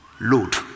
load